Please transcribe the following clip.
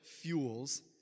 fuels